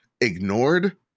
ignored